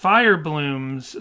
Fireblooms